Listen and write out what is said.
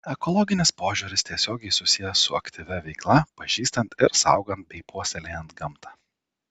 ekologinis požiūris tiesiogiai susijęs su aktyvia veikla pažįstant ir saugant bei puoselėjant gamtą